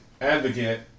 advocate